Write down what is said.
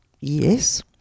Yes